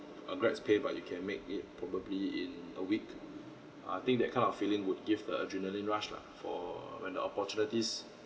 a grad's pay but you can make it probably in a week I think that kind of feeling would give the adrenaline rush lah for when the opportunities